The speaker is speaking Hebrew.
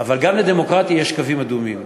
אבל גם לדמוקרטיה יש קווים אדומים.